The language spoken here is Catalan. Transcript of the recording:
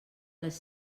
les